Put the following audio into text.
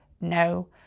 No